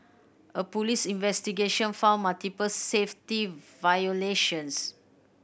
a police investigation found multiple safety violations